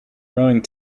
rowing